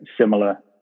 similar